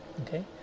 okay